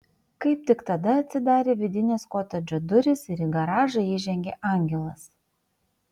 kaip tik tada atsidarė vidinės kotedžo durys ir į garažą įžengė angelas